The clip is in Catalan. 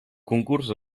concurs